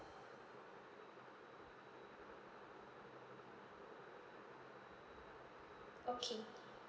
okay